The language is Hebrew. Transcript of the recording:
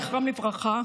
זכרם לברכה,